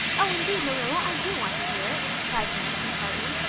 oh, indeed, marilla, i do want to hear it, cried anne contritely.